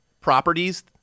properties